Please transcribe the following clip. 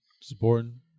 supporting